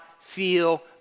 feel